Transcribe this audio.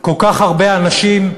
כל כך הרבה אנשים,